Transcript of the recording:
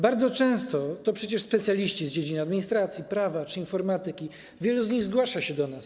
Bardzo często to przecież specjaliści z dziedzin administracji, prawa czy informatyki, wielu z nich zgłasza się do nas.